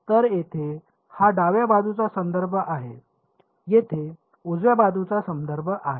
तर येथे हा डाव्या बाजूचा संदर्भ आहे येथे उजव्या बाजूचा संदर्भ आहे